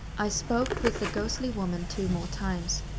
i spoke with the ghostly woman two more times,